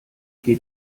geht